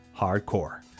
hardcore